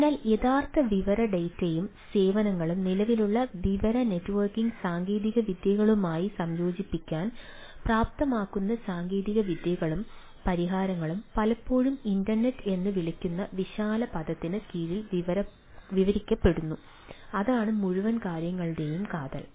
അതിനാൽ യഥാർത്ഥ വിവര ഡാറ്റയും സേവനങ്ങളും നിലവിലെ വിവര നെറ്റ്വർക്കിംഗ് സാങ്കേതികവിദ്യകളുമായി സംയോജിപ്പിക്കാൻ പ്രാപ്തമാക്കുന്ന സാങ്കേതികവിദ്യകളും പരിഹാരങ്ങളും പലപ്പോഴും ഇൻറർനെറ്റ് എന്ന് വിളിക്കുന്ന വിശാല പദത്തിന് കീഴിൽ വിവരിക്കപ്പെടുന്നു അതാണ് മുഴുവൻ കാര്യങ്ങളുടെയും കാതൽ